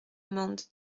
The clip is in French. mende